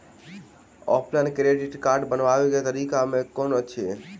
Offline credit card बनाबै केँ तरीका केँ कुन अछि?